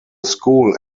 school